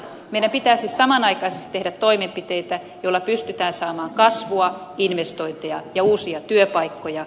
meidän pitää siis samanaikaisesti tehdä toimenpiteitä joilla pystytään saamaan kasvua investointeja ja uusia työpaikkoja